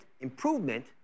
improvement